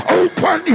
open